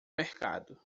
mercado